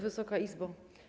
Wysoka Izbo!